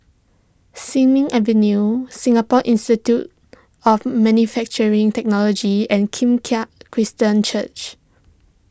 Sin Ming Avenue Singapore Institute of Manufacturing Technology and Kim Keat Christian Church